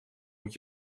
moet